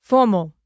Formal